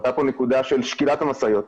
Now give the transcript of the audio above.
עלתה פה נקודה של שקילת המשאיות,